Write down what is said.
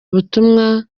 ubutumwa